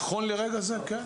נכון לרגע זה, כן.